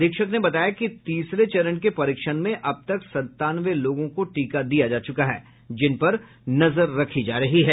अधीक्षक ने बताया कि तीसरे चरण के लिए परीक्षण में अब तक संतानवे लोगों को टीका दिया जा चुका है जिन पर नजर रखी जा रही है